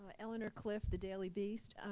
ah eleanor clift, the daily beast.